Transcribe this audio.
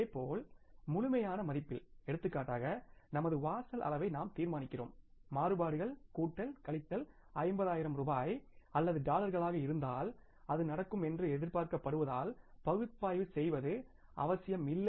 இதேபோல் முழுமையான மதிப்பில் எடுத்துக்காட்டாக நமது வாசல் அளவை நாம் தீர்மானிக்கிறோம் மாறுபாடுகள் கூட்டல் கழித்தல் 50 ஆயிரம் ரூபாய் அல்லது டாலர்களாக இருந்தால் அது நடக்கும் என்று எதிர்பார்க்கப்படுவதால் பகுப்பாய்வு செய்ய வேண்டிய அவசியமில்லை